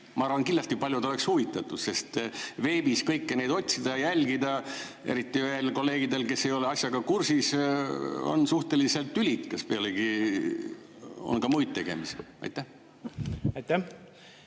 Ma arvan, et paljud oleksid huvitatud, sest veebis kõiki neid asju otsida ja jälgida, eriti veel kolleegidel, kes ei ole asjaga kursis, on suhteliselt tülikas. Pealegi on meil ka muid tegemisi. Aitäh!